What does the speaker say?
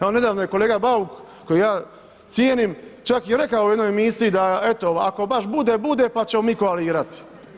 Evo, nedavno je kolega Bauk kojeg ja cijenim, čak je rekao u jednoj emisiji, da eto, ako baš bude, bude, pa ćemo mi koalirati.